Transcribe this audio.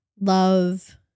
love